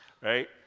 right